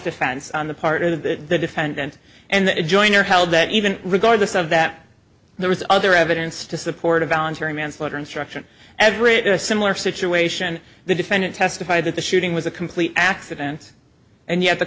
defense on the part of the defendant and the joiner held that even regardless of that there was other evidence to support a voluntary manslaughter instruction average similar situation the defendant testified that the shooting was a complete accident and yet the